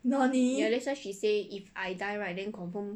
ya that's why she say if I dye right then confirm